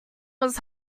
was